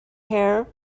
hair